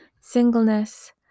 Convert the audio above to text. singleness